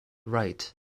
right